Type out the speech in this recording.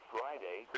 Friday